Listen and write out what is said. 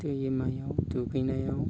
दैमायाव दुगैनायाव